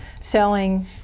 selling